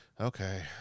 Okay